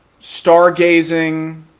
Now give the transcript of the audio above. stargazing